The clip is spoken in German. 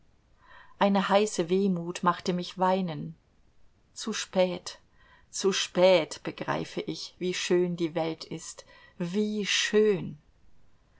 eine heiße wehmut machte mich weinen zu spät zu spät begreife ich wie schön die welt ist wie schön